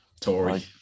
Tory